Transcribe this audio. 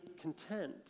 content